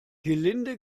gelinde